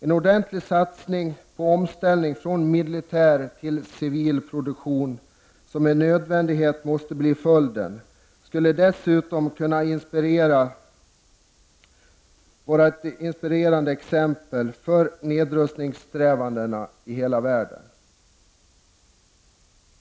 En ordentlig satsning på omställning från militär till civil produktion, som med nödvändighet måste bli följden, skulle dessutom kunna bli ett inspirerande exempel när det gäller nedrustningssträvandena i hela världen.